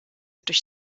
durch